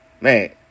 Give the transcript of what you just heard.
man